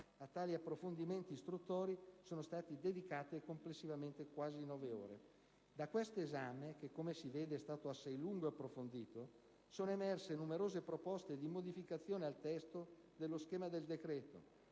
A tali approfondimenti istruttori sono state dedicate complessivamente quasi nove ore. Da questo esame - che, come si vede, è stato assai lungo e approfondito - sono emerse numerose proposte di modificazione al testo dello schema del decreto.